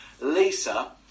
Lisa